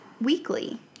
weekly